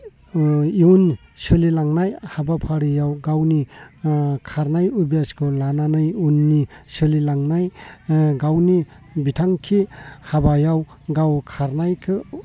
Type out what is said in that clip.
इयुन सोलिलांनाय हाबाफारियाव गावनि खारनाय अयभासखौ लानानै उननि सोलिलांनाय गावनि बिथांखि हाबायाव गाव खारनायखौ